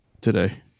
today